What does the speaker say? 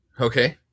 Okay